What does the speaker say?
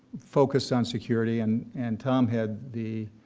focus on security and and tom had the,